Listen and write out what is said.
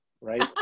right